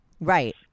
Right